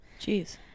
Jeez